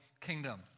kingdom